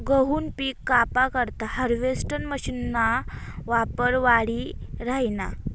गहूनं पिक कापा करता हार्वेस्टर मशीनना वापर वाढी राहिना